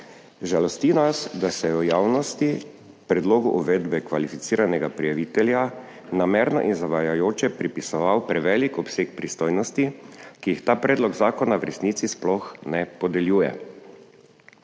Žalosti nas, da se je v javnosti predlogu uvedbe kvalificiranega prijavitelja namerno in zavajajoče pripisoval prevelik obseg pristojnosti, ki jih ta predlog zakona v resnici sploh ne podeljuje.